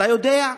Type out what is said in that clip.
אתה יודע,